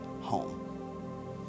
home